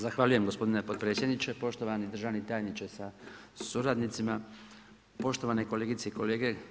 Zahvaljujem gospodine potpredsjedniče, poštovani državni tajniče sa suradnicima, poštovane kolegice i kolege.